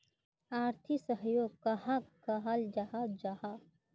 आर्थिक सहयोग कहाक कहाल जाहा जाहा?